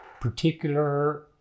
particular